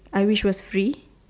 I wish was free